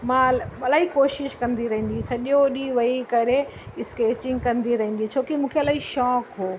मां इलाही कोशिश कंदी रहंदी हुअसि सॼो ॾींहुं वेही करे स्कैचिंग कंदी रहंदी हुअसि छोकी मूंखे इलाही शौक़ु हुओ